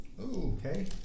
okay